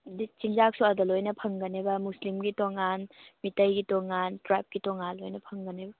ꯑꯗꯩ ꯆꯤꯟꯖꯥꯛꯁꯨ ꯑꯗ ꯂꯣꯏꯅ ꯐꯪꯒꯅꯦꯕ ꯃꯨꯁꯂꯤꯝꯒꯤ ꯇꯣꯉꯥꯟ ꯃꯤꯇꯩꯒꯤ ꯇꯣꯉꯥꯟ ꯇ꯭ꯔꯥꯏꯕꯀꯤ ꯇꯣꯉꯥꯟ ꯂꯣꯏꯅ ꯐꯪꯒꯅꯦꯕ